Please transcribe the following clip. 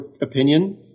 opinion